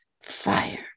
fire